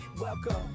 Welcome